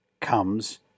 comes